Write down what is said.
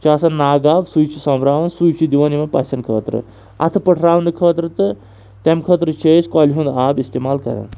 چھِ آسان ناگہٕ آب سُے چھِ سۄمبراوَن سُے چھِ دِوان یِمَن پَژھٮ۪ن خٲطرٕ اَتھٕ پٔٹھراونہٕ خٲطرٕ تہٕ تَمہِ خٲطرٕ چھِ أسۍ کۄلہِ ہُںٛد آب استعمال کَران